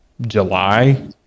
july